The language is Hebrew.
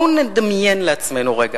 בואו נדמיין לעצמנו רגע